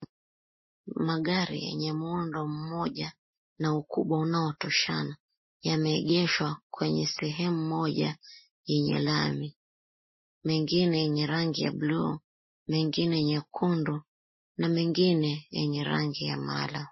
Magari yenye muundo mmoja na ukubwa unaotoshana yameegeshwa kwenye sehemu moja yenye lami. Mengine yenye rangi ya buluu, mengine nyekundu na mengine yenye rangi ya mala.